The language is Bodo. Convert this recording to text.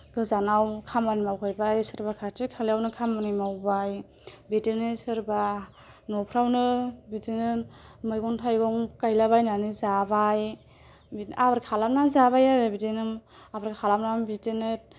गोजानाव खामानि मावहैबाय सोरबा खाथि खालायावनो खामानि मावबाय बिदिनो सोरबा न'फ्रावनो बिदिनो मैगं थाइगं गायलाबायनानै जाबाय बिदिनो आबाद खालामना जाबाय आरो बिदिनो आबाद खालामना बिदिनो